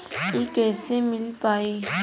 इ कईसे मिल पाई?